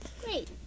Great